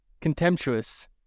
contemptuous